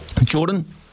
Jordan